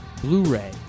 Blu-ray